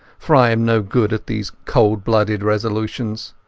for iam no good at these cold-blooded resolutions.